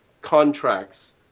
contracts